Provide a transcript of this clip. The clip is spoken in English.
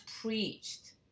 preached